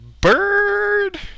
Bird